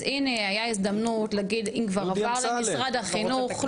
אז הנה היה הזדמנות להגיד אם כבר עבר למשרד החינוך,